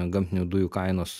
gamtinių dujų kainos